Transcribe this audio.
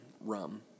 rum